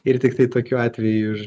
ir tiktai tokiu atveju